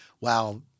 wow